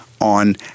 on